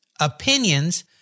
opinions